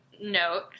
note